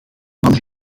mannen